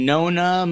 Nona